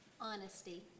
Honesty